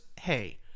hey